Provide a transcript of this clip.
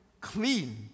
clean